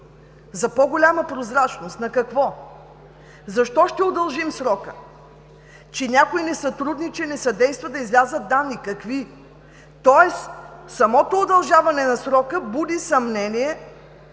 За по-голяма прозрачност! На какво? Защо ще удължим срока? Че някой не сътрудничи, не съдейства да излязат данни?! Какви?! Самото удължаване на срока буди съмнение,